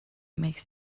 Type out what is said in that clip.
make